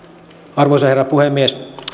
arvoisa herra puhemies